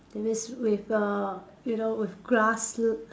then this with uh you know with grass l~